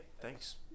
thanks